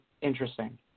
interesting